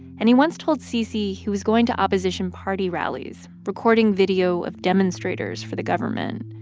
and he once told cc he was going to opposition party rallies, recording video of demonstrators for the government.